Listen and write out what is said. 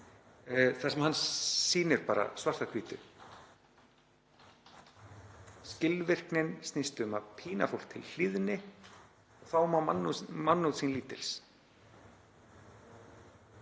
þar sem hann sýnir bara svart á hvítu; skilvirknin snýst um að pína fólk til hlýðni og þá má mannúð sín lítils.